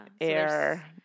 Air